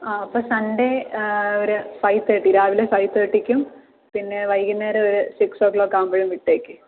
ആ അപ്പം സൺഡേ ഒരു ഫൈവ് തേർട്ടി രാവിലെ ഫൈവ് തേർട്ടിക്കും പിന്നെ വൈകുന്നേരം ഒരു സിക്സ് ഒ ക്ലോക്ക് ആവുമ്പോഴും വിട്ടേക്ക്